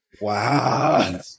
Wow